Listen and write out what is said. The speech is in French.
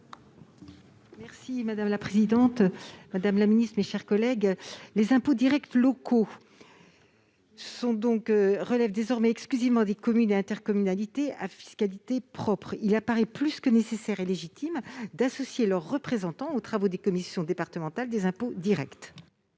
Mercier, pour présenter l'amendement n° 213 rectifié . Les impôts directs locaux relèvent désormais exclusivement des communes et intercommunalités à fiscalité propre. Il apparaît plus que nécessaire et légitime d'associer leurs représentants aux travaux des commissions départementales des impôts directs.